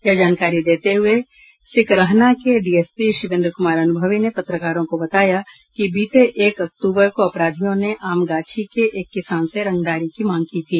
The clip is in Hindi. यह जानकारी देते हुये सिकरहना के डीएसपी शिवेन्द्र कुमार अनुभवी ने पत्रकारों को बताया कि बीते एक अक्तूबर को अपराधियों ने आमगाछी के एक किसान से रंगदारी की मांग की थी